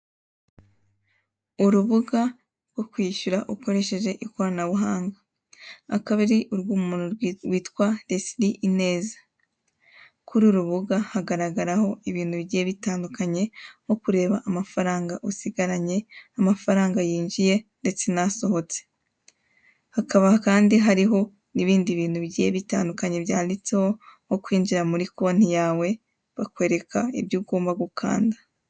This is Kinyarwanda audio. Urubuga rwo kwishyura ukoresheje ikoranabuhanga akaba ari urw'umuntu witwa Desiri Ineza. Kuri uru rubuga hagaragaraho ibintu bigiye bitandukanye nko kureba amafaranga usigaranye, amafaranga yinjiye ndetse n'asohotse. Hakaba kandi hariho n'ibindi bintu bigiye bitandukanye byanditseho nko kwinjira muri konti yawe bakwereka ibyo ugomba gukanda.